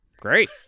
Great